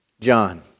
John